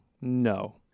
no